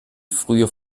frühe